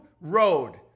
road